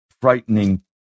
frightening